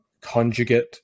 conjugate